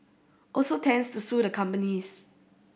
also intends to sue the companies